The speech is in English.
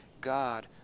God